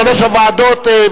שלוש הוועדות,